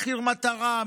במחיר מטרה,